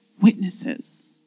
witnesses